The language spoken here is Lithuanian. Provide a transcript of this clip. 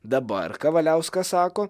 dabar kavaliauskas sako